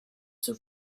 zur